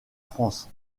france